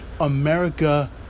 America